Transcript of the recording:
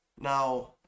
Now